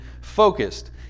focused